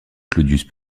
claudius